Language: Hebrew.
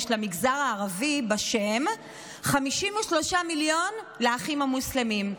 למגזר הערבי: 53 מיליון לאחים המוסלמים.